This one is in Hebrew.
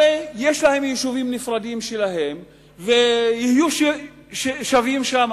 הרי יש להם יישובים נפרדים שלהם ויהיו שווים שם.